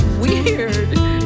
weird